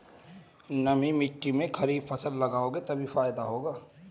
नमी मिट्टी में खरीफ फसल लगाओगे तभी फायदा होगा